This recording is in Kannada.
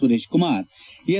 ಸುರೇಶ್ ಕುಮಾರ್ ಎಸ್